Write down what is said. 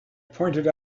pointed